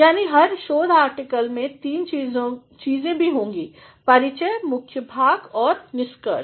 यानी हर शोध आर्टिक्लमें तीन चीज़ें भी होंगी परिचय मुख्य भाग औरनिष्कर्ष